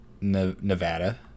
Nevada